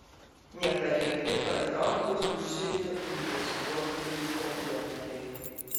neparengti patrauklūs užsienio investuotojui objektai